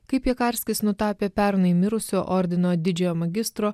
kai piekarskis nutapė pernai mirusio ordino didžiojo magistro